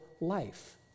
life